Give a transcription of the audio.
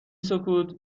سکوت